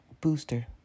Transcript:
booster